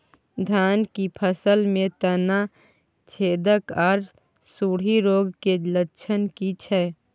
धान की फसल में तना छेदक आर सुंडी रोग के लक्षण की छै?